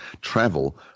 travel